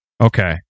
Okay